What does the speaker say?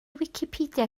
wicipedia